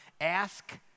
ask